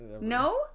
no